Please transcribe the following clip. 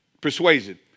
persuasion